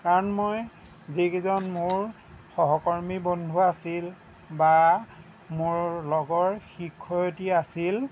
কাৰণ মই যিকেইজন মোৰ সহকৰ্মী বন্ধু আছিল বা মোৰ লগৰ শিক্ষয়ত্ৰী আছিল